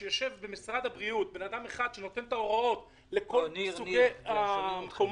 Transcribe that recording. כשיושב במשרד הבריאות בן אדם אחד שנותן את ההוראות לכל סוגי המקומות,